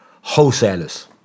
wholesalers